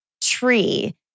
Tree